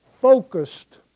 focused